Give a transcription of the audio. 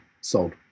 sold